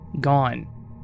gone